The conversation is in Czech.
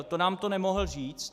To nám to nemohl říct?